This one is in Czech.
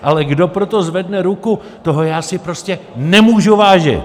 Ale kdo pro to zvedne ruku, toho já si prostě nemůžu vážit!